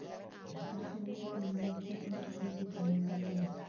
छात्र ऋण की मदद से तुम आगे की पढ़ाई कर लो